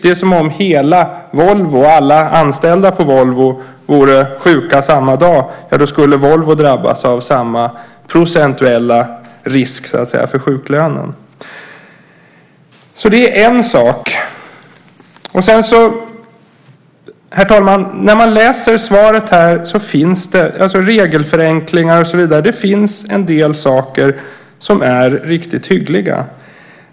Det är som om alla anställda på Volvo vore sjuka samma dag - då skulle Volvo drabbas av samma procentuella risk för sjuklönen. Det är en sak. Herr talman! När man läser svaret, om regelförenklingar och så vidare, ser man att det finns en del saker som är riktigt hyggliga.